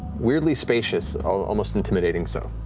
weirdly spacious, almost intimidating so.